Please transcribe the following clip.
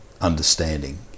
understanding